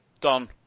done